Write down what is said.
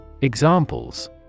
Examples